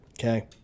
Okay